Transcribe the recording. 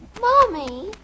Mommy